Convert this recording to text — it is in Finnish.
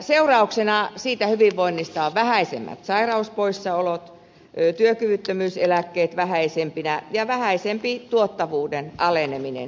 seurauksena siitä hyvinvoinnista ovat vähäisemmät sairauspoissaolot työkyvyttömyyseläkkeet vähäisempinä ja vähäisempi tuottavuuden aleneminen